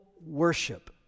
worship